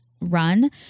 run